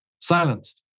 silenced